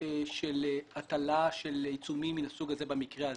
של הטלה של עיצומים מן הסוג הזה במקרה הזה.